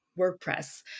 WordPress